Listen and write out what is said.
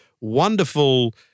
wonderful